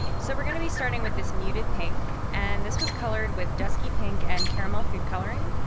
so we're going to be starting with this muted pink, and this was colored with dusky pink and caramel food coloring,